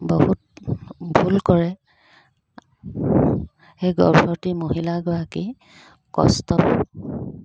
বহুত ভুল কৰে সেই গৰ্ভৱতী মহিল গৰাকী কষ্ট